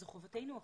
זו חובתנו החוקית.